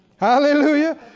Hallelujah